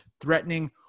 threatening